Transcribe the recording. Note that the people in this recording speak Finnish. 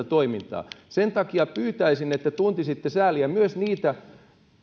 toimintaa sen takia pyytäisin että tuntisitte sääliä myös niitä